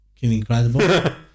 incredible